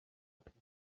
afite